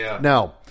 Now